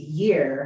year